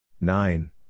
nine